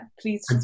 please